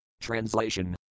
Translation